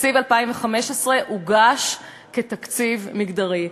תקציב 2015 הוגש כתקציב מגדרי.